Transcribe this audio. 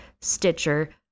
Stitcher